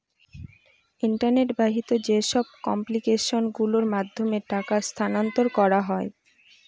internet বাহিত যেসব application গুলোর মাধ্যমে টাকা স্থানান্তর করা হয়